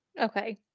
Okay